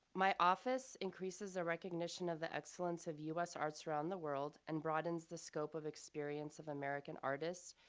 my office increases a recognition of the excellence of us arts around the world and broadens the scope of experience of american artists,